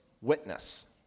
witness